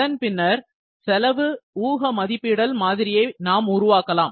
அதன் பின்னர் செலவு யூக மதிப்பிடல் மாதிரியை நாம் உருவாக்கலாம்